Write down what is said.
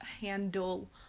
handle